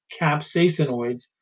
capsaicinoids